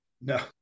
No